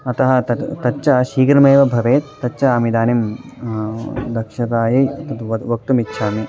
अतः तत् तच्च शीघ्रमेव भवेत् तच्च अहमिदानीं दक्षतायै तद् वद् वक्तुमिच्छामि